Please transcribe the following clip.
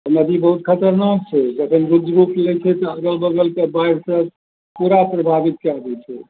नदी बहुत खतरनाक छै जखन रौद्र रूप लै छै तऽ अगल बगलके बाढ़िसे पूरा प्रभावित कै दै छै